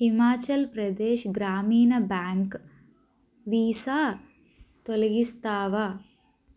హిమాచల్ ప్రదేశ్ గ్రామీణ bank Visa తొలగిస్తావా